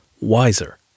wiser